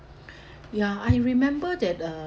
ya I remember that uh